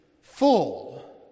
full